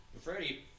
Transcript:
Freddie